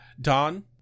don